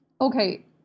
Okay